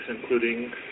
including